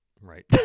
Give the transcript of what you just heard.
Right